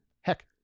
Heck